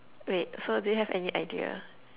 wait so do you have any idea